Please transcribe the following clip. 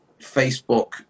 Facebook